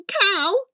cow